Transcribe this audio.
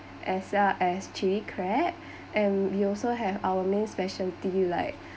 as well as chilli crab and we also have our main specialty like